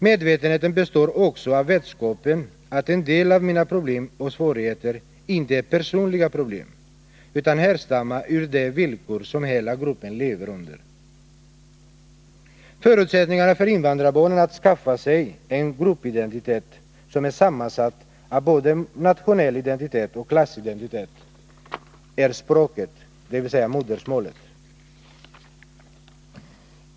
Medvetenheten består också av vetskapen om att en del av mina problem och svårigheter inte är personliga problem utan att de uppstått ur de villkor som hela gruppen lever under. Förutsättningen för invandrarbarnen att skaffa sig en gruppidentitet som är sammansatt av både nationell identitet och klassidentitet är språket, dvs. modersmålet.